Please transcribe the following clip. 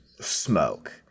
smoke